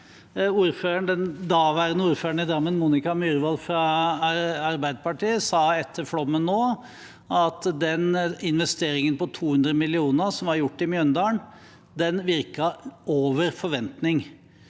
forrige ordføreren i Drammen, Monica Myrvold Berg fra Arbeiderpartiet, sa etter flommen nå at den investeringen på 200 mill. kr som var gjort i Mjøndalen, virket over forventning.